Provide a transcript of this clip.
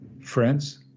friends